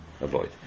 Avoid